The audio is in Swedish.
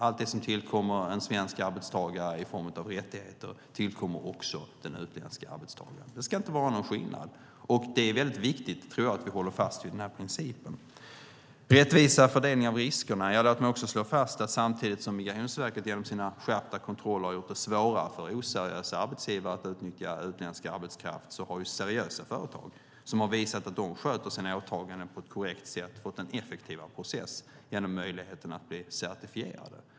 Allt det som tillkommer en svensk arbetstagare i form av rättigheter tillkommer också den utländska arbetstagaren. Det ska inte vara någon skillnad. Jag tror att det är viktigt att vi håller fast vid den principen. Sedan gällde det rättvisare fördelning av riskerna. Låt mig slå fast att samtidigt som Migrationsverket genom sina skärpta kontroller gjort det svårare för oseriösa arbetsgivare att utnyttja utländsk arbetskraft har seriösa företag, som visat att de sköter sina åtaganden på ett korrekt sätt, fått en effektivare process genom möjligheten att bli certifierade.